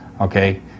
okay